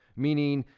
meaning,